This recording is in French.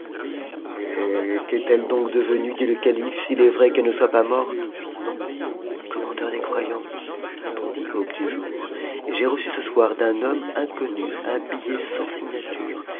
qu'est-elle donc devenue dit e calife s'il est vrai qu'elle ne soit pas morte commandeur des croyants répondit aube du jour j'ai reçu ce soir d'un homme inéonnu un billet sans signature